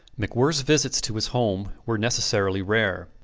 macwhirrs visits to his home were necessarily rare,